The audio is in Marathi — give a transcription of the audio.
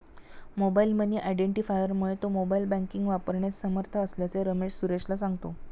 मोबाईल मनी आयडेंटिफायरमुळे तो मोबाईल बँकिंग वापरण्यास समर्थ असल्याचे रमेश सुरेशला सांगतो